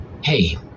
Hey